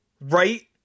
right